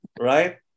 right